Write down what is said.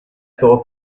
thought